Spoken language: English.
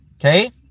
okay